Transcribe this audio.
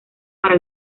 para